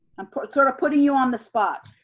i'm sorta putting you on the spot.